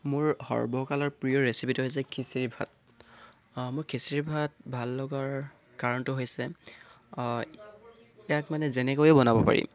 মোৰ সৰ্বকালৰ প্ৰিয় ৰেচিপিটো হৈছে খিচিৰি ভাত মই খিচিৰি ভাত ভাল লগাৰ কাৰণটো হৈছে ইয়াক মানে যেনেকৈও বনাব পাৰি